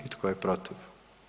I tko je protiv?